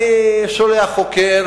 אני שולח חוקר,